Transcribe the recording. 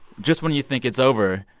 just when you think it's over,